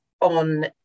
on